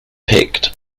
picked